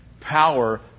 power